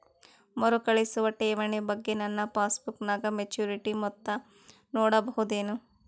ಮರುಕಳಿಸುವ ಠೇವಣಿ ಬಗ್ಗೆ ನನ್ನ ಪಾಸ್ಬುಕ್ ನಾಗ ಮೆಚ್ಯೂರಿಟಿ ಮೊತ್ತ ನೋಡಬಹುದೆನು?